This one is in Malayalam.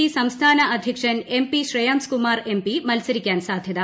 ഡി സംസ്ഥാന അധ്യക്ഷൻ എം പി ശ്രേയാംസ്കുമാർ എംപി മത്സരിക്കാൻ സാധ്യത